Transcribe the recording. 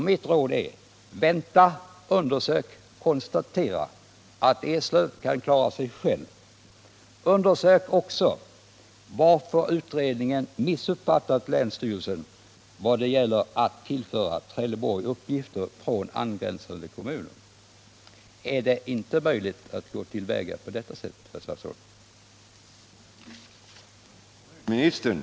Mitt råd är: Vänta, undersök, konstatera att Eslöv kan klara sig själv. Undersök också varför utredningen missuppfattat länsstyrelsen vad det gäller att tillföra Trelleborg uppgifter från angränsande kommuner. Är det inte möjligt att gå till väga på detta sätt, herr statsråd?